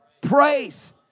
praise